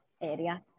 area